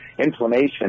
Inflammation